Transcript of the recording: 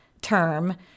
term